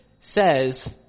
says